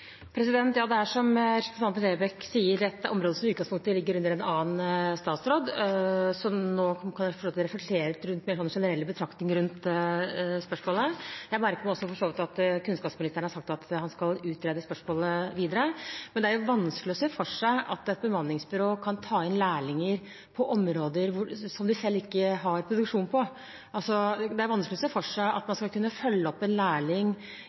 Som representanten Lerbrekk sier, er dette et område som i utgangspunktet ligger under en annen statsråd, men jeg kan kanskje få lov til å reflektere over de mer generelle betraktningene rundt spørsmålet. Jeg merker meg for så vidt at kunnskapsministeren har sagt at han skal utrede spørsmålet videre. Det er vanskelig å se for seg at et bemanningsbyrå kan ta inn lærlinger på områder som de selv ikke har produksjon på. Det er vanskelig å se for seg at man skal kunne følge opp en lærling